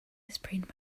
sprained